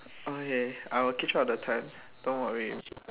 okay I will keep track of the time don't worry